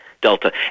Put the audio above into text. delta